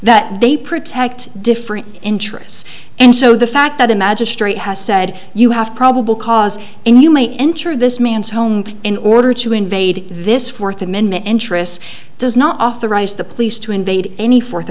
that they protect different interests and so the fact that a magistrate has said you have probable cause and you may enter this man's home in order to invade this fourth amendment interests does not authorize the police to invade any fourth